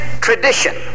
tradition